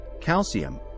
calcium